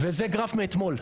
וזה גרף מאתמול.